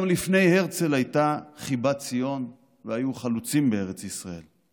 גם לפני הרצל הייתה חיבת ציון והיו חלוצים בארץ ישראל.